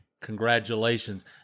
Congratulations